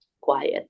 quiet